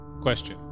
Question